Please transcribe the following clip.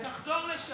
תחזור לשם.